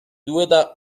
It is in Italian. due